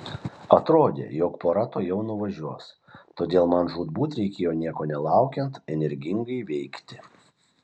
atrodė jog pora tuojau nuvažiuos todėl man žūtbūt reikėjo nieko nelaukiant energingai veikti